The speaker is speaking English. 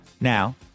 Now